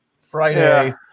Friday